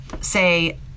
say